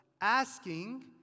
Asking